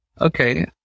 Okay